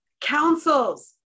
councils